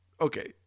okay